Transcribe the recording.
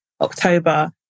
October